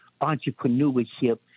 entrepreneurship